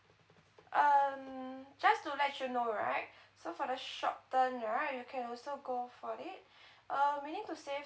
um just to let you know right so for the short term right you can also go for it err we need to save